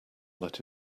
that